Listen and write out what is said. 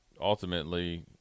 ultimately